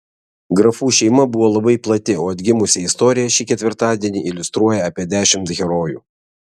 grafų šeima buvo labai plati o atgimusią istoriją šį ketvirtadienį iliustruoja apie dešimt herojų